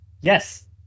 Yes